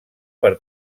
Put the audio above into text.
per